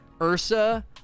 Ursa